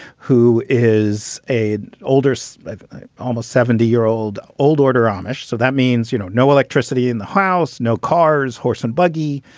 who is a olders almost seventy year old old order amish. so that means, you know, no electricity in the house, no cars, horse and buggy.